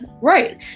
right